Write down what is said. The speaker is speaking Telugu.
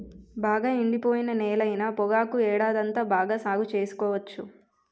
బాగా ఎండిపోయిన నేలైన పొగాకు ఏడాదంతా బాగా సాగు సేసుకోవచ్చు